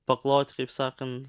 paklot kaip sakant